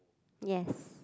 yes